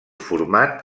format